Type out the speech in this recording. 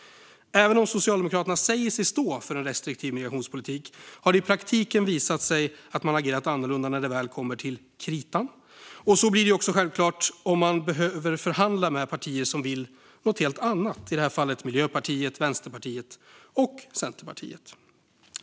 Även om socialdemokraterna säger sig stå för en restriktiv migrationspolitik har det i praktiken visat sig att man agerat annorlunda när det kommer till kritan, och så blir det också om man behöver förhandla med partier som vill något helt annat - i det här fallet Miljöpartiet, Vänsterpartiet och Centerpartiet.